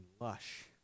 lush